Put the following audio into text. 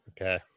Okay